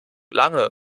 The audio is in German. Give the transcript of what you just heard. lange